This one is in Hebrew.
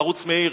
"ערוץ מאיר",